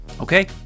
Okay